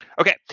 Okay